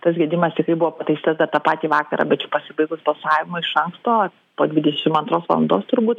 tas gedimas tikrai buvo pataisytas dar tą patį vakarą bet jau pasibaigus balsavimui iš anksto po dvidešim antros valandos turbūt